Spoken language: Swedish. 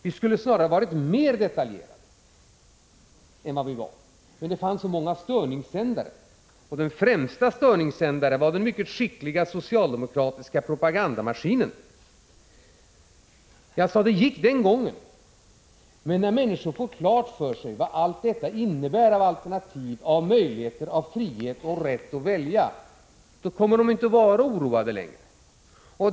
Vi skulle snarare ha varit mer detaljerade än vi var, men det fanns så många störningssändare. Den främsta störningssändaren var den mycket skickligt skötta socialdemokratiska propagandamaskinen. Jag sade tidigare: Det gick den gången. Men när människor får klart för sig vad allt detta innebär i form av alternativ, av möjligheter, av frihet och av rätt att välja, kommer de inte längre att vara oroade.